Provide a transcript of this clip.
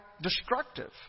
destructive